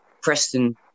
Preston